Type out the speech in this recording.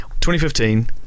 2015